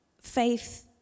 Faith